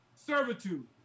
servitude